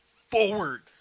forward